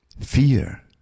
Fear